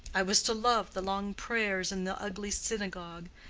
i was to love the long prayers in the ugly synagogue,